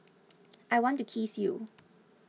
I want to kiss you